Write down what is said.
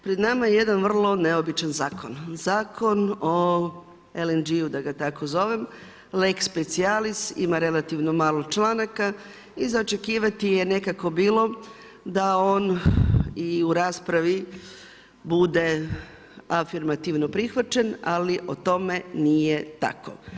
Pred nama je jedan vrlo neobičan zakon, Zakon o LNG-u, da ga tako zovem, lex specialis, ima relativno malo članaka i za očekivati je nekako bilo da on i u raspravi bude afirmativno prihvaćen, ali o tome nije tako.